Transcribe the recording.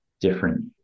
different